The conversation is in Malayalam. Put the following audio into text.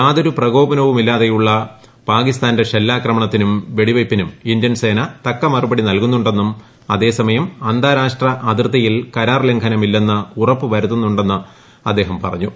യാതൊരു പ്രകോപനവുമില്ലാതെയുള്ള പാകിസ്ഥാന്റെ ഷെല്ലാക്രമണത്തിനും വെടിവയ്പ്പിനും ഇന്ത്യൻ സേന തക്ക മറുപടി നൽകുന്നു ന്നും അതേസമയം അന്താരാഷ്ട്ര അതിർത്തിയിൽ കരാർ ലംഘനമില്ലെന്ന് ഉറപ്പു വരുത്തുന്നു ന്നും അദ്ദേഹം പറഞ്ഞു